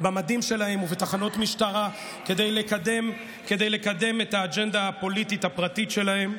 במדים שלהם ובתחנות משטרה כדי לקדם את האג'נדה הפוליטית הפרטית שלהם.